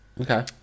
Okay